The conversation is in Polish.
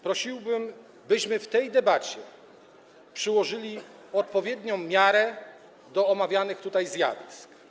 Prosiłbym, byśmy w tej debacie przyłożyli odpowiednią miarę do omawianych tutaj zjawisk.